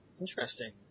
interesting